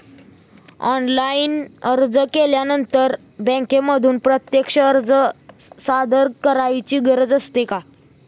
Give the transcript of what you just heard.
Online अर्ज केल्यानंतर बँकेमध्ये प्रत्यक्ष अर्ज सादर करायची गरज असते का?